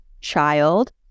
child